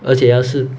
而且要是